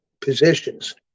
positions